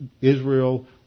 Israel